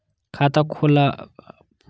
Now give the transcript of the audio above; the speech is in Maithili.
खाता खोलाबक लेल ऑनलाईन भी कोनो प्रोसेस छै की?